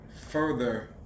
further